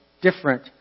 different